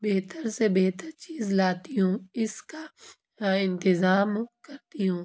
بہتر سے بہتر چیز لاتی ہوں اس کا انتظام کرتی ہوں